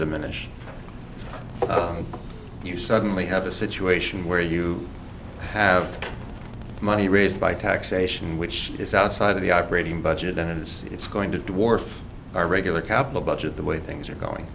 diminish you suddenly have a situation where you have money raised by taxation which is outside of the operating budget and it's going to dwarf our regular capital budget the way things are going